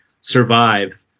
survive